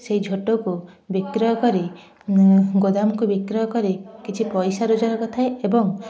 ସେଇ ଝୋଟକୁ ବିକ୍ରୟ କରି ଗୋଦାମକୁ ବିକ୍ରୟ କରି କିଛି ପଇସା ରୋଜଗାର କରିଥାଏ ଏବଂ